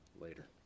later